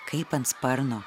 kaip ant sparno